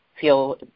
feel